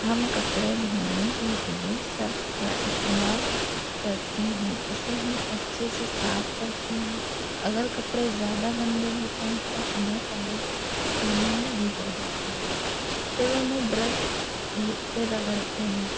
ہم کپڑے دھونے کے لیے سرف کا استعمال کرتے ہیں اسے ہم اچھے سے صاف کرتے ہیں اگر کپڑے زیادہ گندے ہوتے ہیں تو انہیں پہلے پانی میں بھگو دیتے ہیں پھر انہیں برس سے رگڑتے ہیں